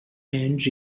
and